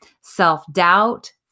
self-doubt